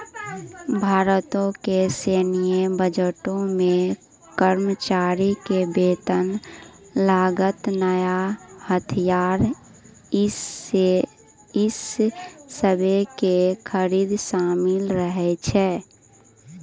भारतो के सैन्य बजटो मे कर्मचारी के वेतन, लागत, नया हथियार इ सभे के खरीद शामिल रहै छै